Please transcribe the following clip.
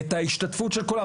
את ההשתתפות של כולם,